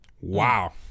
Wow